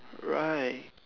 right